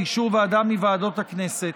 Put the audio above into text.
לאישור ועדה מוועדות הכנסת,